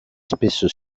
spesso